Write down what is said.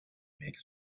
makes